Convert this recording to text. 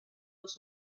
los